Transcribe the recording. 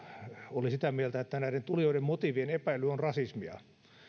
oli sitä mieltä että näiden tulijoiden motiivien epäily on rasismia